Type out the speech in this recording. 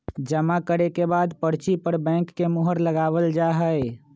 जमा करे के बाद पर्ची पर बैंक के मुहर लगावल जा हई